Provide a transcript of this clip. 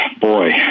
boy